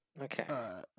Okay